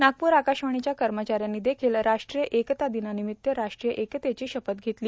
नागपूर आकाशवाणीच्या कर्मचाऱ्यांनी देखील राष्ट्रीय एकता दिनानिमित्त राष्ट्रीय एकतेची शपथ घेतली